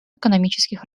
экономических